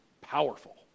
powerful